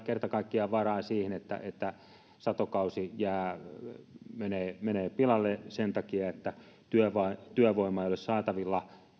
kerta kaikkiaan varaa siihen että että satokausi menee menee pilalle sen takia että työvoimaa työvoimaa ei ole saatavilla